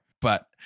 But-